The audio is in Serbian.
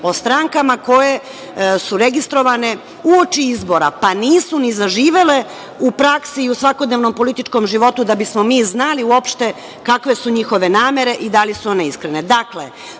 o strankama koje su registrovane, uoči izbora, pa nisu ni zaživele u praksi i u svakodnevnom političkom životu, da bi smo mi znali uopšte kakve su njihove namere i da li su one iskrene. Dakle,